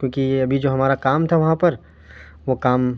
کیونکہ یہ ابھی جو ہمارا کام تھا وہاں پر وہ کام